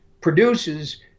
produces